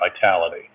vitality